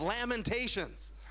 Lamentations